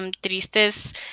tristes